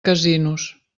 casinos